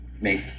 make